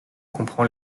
comprend